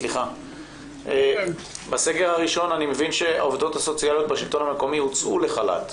בסגר הראשון אני מבין שהעבודות הסוציאליות בשלטון המקומי הוצאו לחל"ת.